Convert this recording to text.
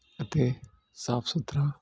ਅਤੇ ਸਾਫ ਸੁਥਰਾ